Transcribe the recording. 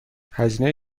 هزینه